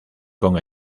con